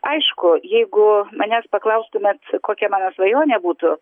aišku jeigu manęs paklaustumėt kokia mano svajonė būtų